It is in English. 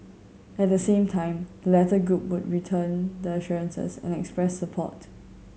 at the same time the latter group would return the assurances and express support